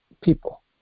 people